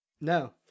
No